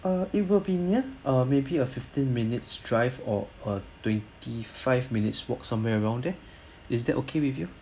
uh it will be near uh maybe a fifteen minutes drive or a twenty-five minutes walk somewhere around there is that okay with you